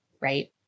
Right